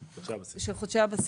של חודשי הבסיס.